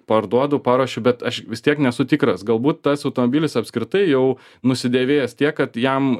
parduodu paruošiu bet aš vis tiek nesu tikras galbūt tas automobilis apskritai jau nusidėvėjęs tiek kad jam